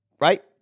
right